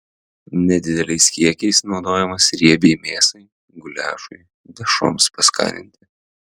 nedideliais kiekiais naudojamas riebiai mėsai guliašui dešroms paskaninti